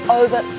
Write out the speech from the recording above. over